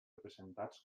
representats